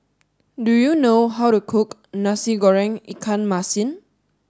do you know how to cook Nasi Goreng Ikan Masin